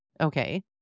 okay